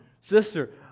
sister